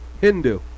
Hindu